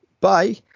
bye